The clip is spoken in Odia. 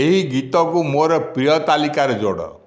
ଏହି ଗୀତକୁ ମୋର ପ୍ରିୟ ତାଲିକାରେ ଯୋଡ଼